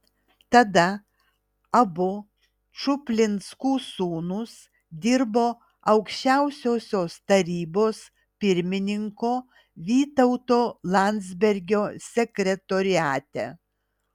tada abu čuplinskų sūnūs dirbo aukščiausiosios tarybos pirmininko vytauto landsbergio sekretoriate